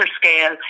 scale